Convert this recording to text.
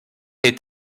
est